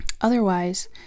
otherwise